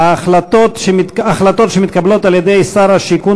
החלטות שמתקבלות על-ידי שר השיכון